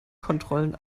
kontrollen